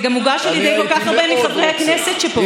זה גם מוגש על ידי כל כך הרבה מחברי הכנסת שפה.